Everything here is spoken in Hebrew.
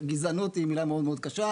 גזענות היא מילה מאוד קשה,